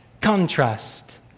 contrast